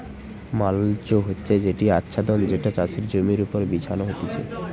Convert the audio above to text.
mulch হচ্ছে সেটি আচ্ছাদন যেটা চাষের জমির ওপর বিছানো হতিছে